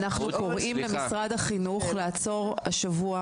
קוראים למשרד החינוך לעצור השבוע,